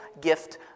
gift